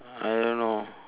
I don't know